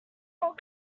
more